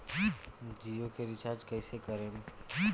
जियो के रीचार्ज कैसे करेम?